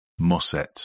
Mosset